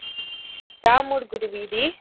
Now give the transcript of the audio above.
రాముడిగుడి వీధి